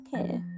okay